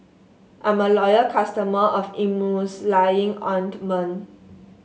I'm a loyal customer of ointment